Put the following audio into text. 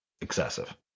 excessive